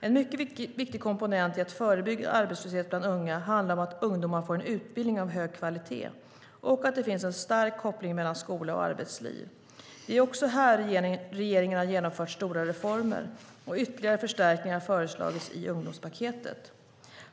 En mycket viktig komponent i att förebygga arbetslöshet hos unga handlar om att ungdomarna får en utbildning av hög kvalitet och att det finns en stark koppling mellan skola och arbetsliv. Det är också här regeringen har genomfört stora reformer, och ytterligare förstärkningar har föreslagits i ungdomspaketet.